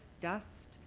dust